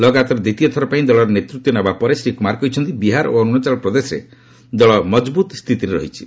ଲଗାତାର ଦ୍ୱିତୀୟ ଥର ପାଇଁ ଦଳର ନେତୃତ୍ୱ ନେବା ପରେ ଶ୍ରୀ କୁମାର କହିଛନ୍ତି ବିହାର ଓ ଅରୁଣାଚଳ ପ୍ରଦେଶରେ ଦଳ ମଜବୁତ୍ ସ୍ଥିତିରେ ରହିଛି